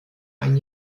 ein